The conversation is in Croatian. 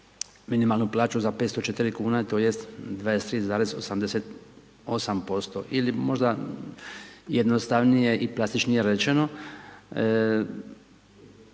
minimalnu plaću za 504 kn, tj. 23,88% ili možda jednostavnije i plastičnije rečeno,